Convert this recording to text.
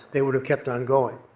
they would have kept on going.